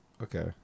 Okay